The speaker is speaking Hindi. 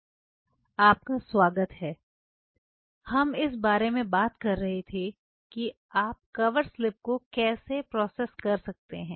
ग आपका स्वागत है हम इस बारे में बात कर रहे थे कि आप कवर स्लिप को कैसे संसाधित कर सकते हैं